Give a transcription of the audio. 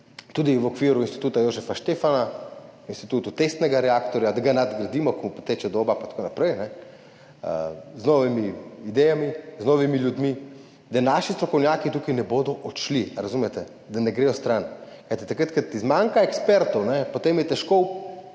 tudi v okviru Instituta Jožefa Stefana, v institutu testnega reaktorja, da ga nadgradimo, ko mu poteče doba in tako naprej, z novimi idejami, z novimi ljudmi, da naši strokovnjaki od tukaj ne bodo odšli. Razumete? Da ne gredo stran, kajti takrat, ko ti zmanjka ekspertov, potem je težko